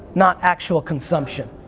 not actual consumption.